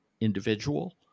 individual